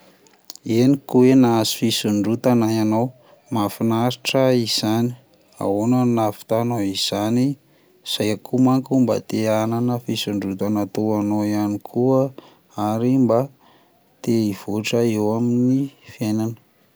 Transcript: Heniko hoe nahazo fisondrotana ianao, mahafinaritra izany, ahoana no navitanao an'izany? Zay koa manko mba te hanana fisondrotana toa anao ihany koa ary mba te hivoatra eo amin'ny fiainana.